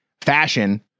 fashion